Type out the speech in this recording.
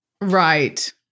Right